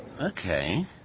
Okay